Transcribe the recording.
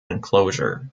enclosure